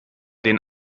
den